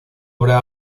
obra